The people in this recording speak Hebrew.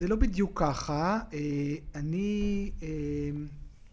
זה לא בדיוק ככה, אני